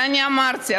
ואני אמרתי,